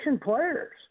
players